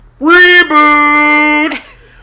Reboot